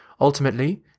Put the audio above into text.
Ultimately